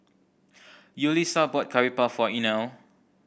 Yulisa bought Curry Puff for Inell